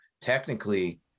technically